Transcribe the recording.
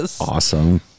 Awesome